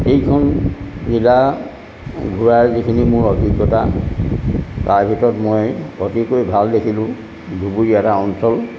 এইখন জিলা ঘূৰাৰ যিখিনি মোৰ অভিজ্ঞতা তাৰ ভিতৰত মই অতিকৈ ভাল দেখিলোঁ ধুবুৰী এটা অঞ্চল